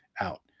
out